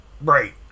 Right